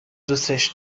دوستش